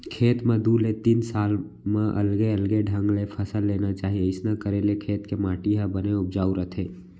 खेत म दू ले तीन साल म अलगे अलगे ढंग ले फसल लेना चाही अइसना करे ले खेत के माटी ह बने उपजाउ रथे